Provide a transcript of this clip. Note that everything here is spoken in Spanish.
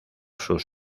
sus